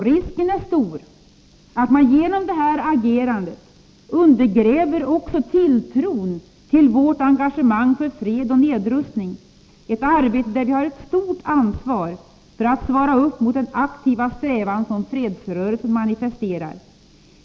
Risken är stor att man genom det här agerandet också undergräver tilltron till vårt engagemang för fred och nedrustning, ett arbete där vi har ett stort ansvar med hänsyn till den aktiva strävan som fredsrörelsen manifesterar.